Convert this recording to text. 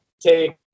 take